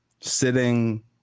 sitting